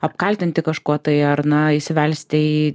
apkaltinti kažkuo tai ar na įsivelsite į